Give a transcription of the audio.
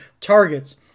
targets